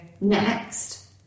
next